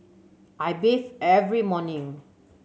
I bathe every morning